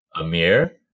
amir